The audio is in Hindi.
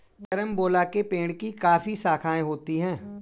कैरमबोला के पेड़ की काफी शाखाएं होती है